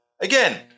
again